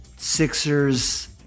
Sixers